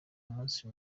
umunsi